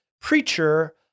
preacher